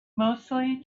mostly